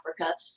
Africa